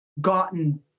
gotten